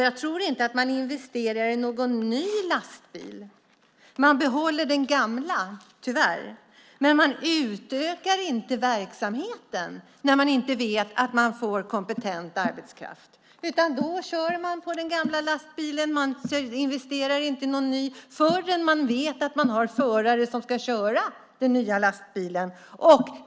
Jag tror inte att man investerar i en ny lastbil, utan man behåller tyvärr den gamla. Man utökar inte verksamheten när man inte vet att man får kompetent arbetskraft. Då kör man med den gamla lastbilen. Man investerar inte i en ny förrän man vet att man har förare som kan köra den nya lastbilen.